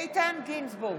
איתן גינזבורג,